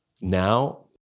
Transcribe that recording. Now